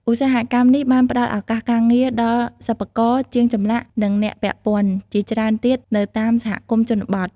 ឧស្សាហកម្មនេះបានផ្តល់ឱកាសការងារដល់ សិប្បករ ជាងចម្លាក់ និងអ្នកពាក់ព័ន្ធ ជាច្រើនទៀតនៅតាមសហគមន៍ជនបទ។